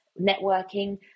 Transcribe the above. networking